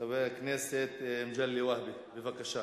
חבר הכנסת מגלי והבה, בבקשה.